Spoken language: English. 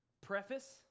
preface